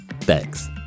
Thanks